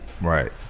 Right